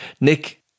Nick